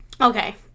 okay